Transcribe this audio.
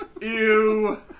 Ew